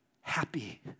happy